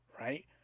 right